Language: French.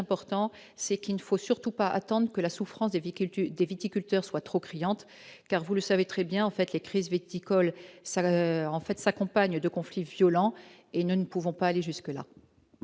c'est qu'il ne faut surtout pas attendre que la souffrance d'aviculture des viticulteurs soit trop criantes car vous le savez très bien, en fait, la crise viticole, ça en fait s'accompagne de conflits violents et nous ne pouvons pas aller jusque-là.